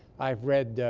i've read ah.